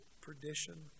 perdition